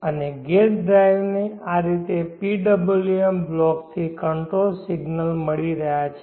અને ગેટ ડ્રાઇવને આ રીતે PWM બ્લોક થી કંટ્રોલ સિગ્નલ મળી રહ્યાં છે